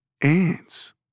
ants